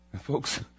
Folks